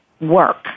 work